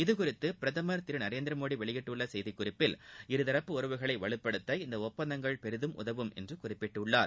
இதுகுறித்து பிரதமர் திரு நரேந்திரமோடி வெளியிட்டுள்ள செய்திக்குறிப்பில் இருதரப்பு உறவுகளை வலுப்படுத்த இந்த ஒப்பந்தங்கள் பெரிதும் உதவும் என்று குறிப்பிட்டுள்ளார்